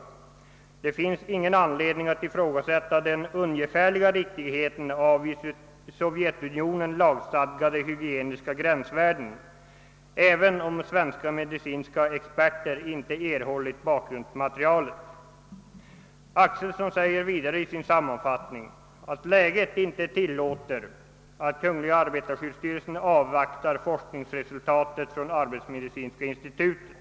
Vidare framhålles att det inte finns någon anledning att ifrågasätta den ungefärliga riktigheten av i Sovjetunionen =:lagstadgade hygieniska gränsvärden även om svenska medicinska experter inte erhållit bakgrundsmaterialet. Civiljägmästare Axelsson framhåller vidare i sin sammanfattning att läget inte tillåter att kungl. arbetarskyddsstyrelsen avvaktar forskningsresultatet från arbetsmedicinska institutet.